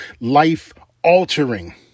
life-altering